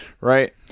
Right